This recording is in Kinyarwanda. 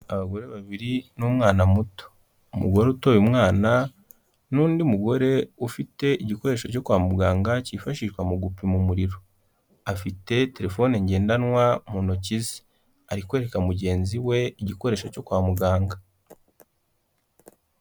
Abagore babiri n'umwana muto, umugore uteruye umwana n'undi mugore ufite igikoresho cyo kwa muganga cyifashishwa mu gupima umuriro, afite telefone ngendanwa mu ntoki ze, ari kwereka mugenzi we igikoresho cyo kwa muganga.